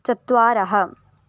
चत्वारः